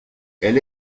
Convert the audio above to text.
elle